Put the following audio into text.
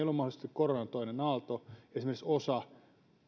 koronan toinen aalto esimerkiksi osa tai